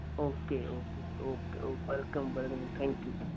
okay okay okay okay welcome welcome thank you